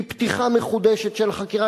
כי פתיחה מחודשת של החקירה,